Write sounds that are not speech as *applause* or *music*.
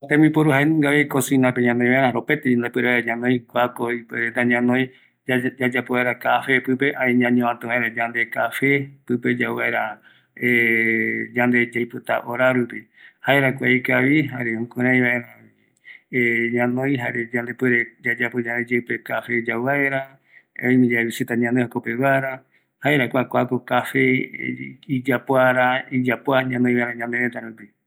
﻿Kua tembiporu jaenungavi cosinape ñanoi vaera, opaete ipuere vaera ñanoi, kuako ipuere vaera yayapo vaera cafe pipe jare ñañovatu vaera yande cafe pipe yauvaera *hesitation* yande yaipota horarupi jaera kua ikavi jaera kua ikavi jukurai vaera *hesitation* ñanoi jare yande puere yayapo yande yeipe cafe yau vaera erei oime yave visita ñanoi jokopeguara, jaera kua kuako cafe iyapoara, iyapoa, nanoi vaera ñanerëta rupi